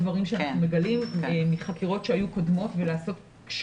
מגלים דברים מחקירות קודמות.